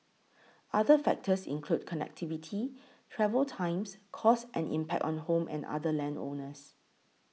other factors include connectivity travel times costs and impact on home and other land owners